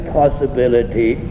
possibility